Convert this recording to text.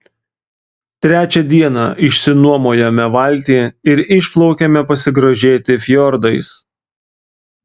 trečią dieną išsinuomojome valtį ir išplaukėme pasigrožėti fjordais